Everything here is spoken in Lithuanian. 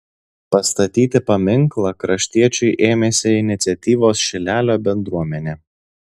pastatyti paminklą kraštiečiui ėmėsi iniciatyvos šilelio bendruomenė